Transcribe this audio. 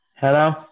Hello